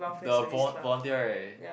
the vo~ volunteer right